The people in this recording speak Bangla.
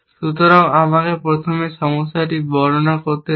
সুতরাং আমাকে প্রথমে সমস্যাটি বর্ণনা করতে দিন